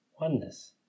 Oneness